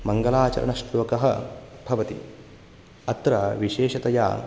मङ्गलाचरणश्लोकः भवति अत्र विशेषतया